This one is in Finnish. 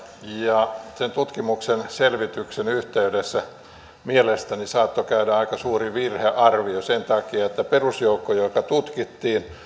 ja sen tutkimuksen selvityksen yhteydessä mielestäni saattoi käydä aika suuri virhearvio sen takia että perusjoukko joka tutkittiin